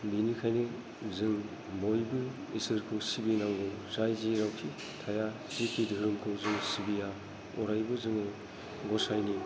बिनिखायनो जों बयबो इसोरखौ सिबिनांगौ जाय जेराव थाया जेखि धोरोमखौ जों सिबिया जोङो गसाइनि